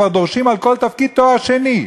כבר דורשים על כל תפקיד תואר שני.